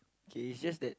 okay it's just that